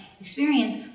experience